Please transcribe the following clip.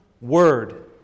word